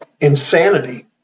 insanity